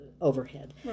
overhead